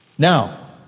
Now